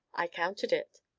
i counted it.